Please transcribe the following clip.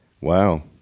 Wow